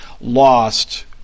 lost